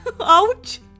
Ouch